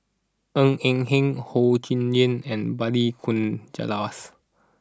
Ng Eng Hen Ho Yuen Hoe and Balli Kaur Jaswals